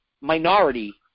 minority